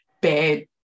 bad